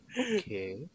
Okay